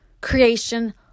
creation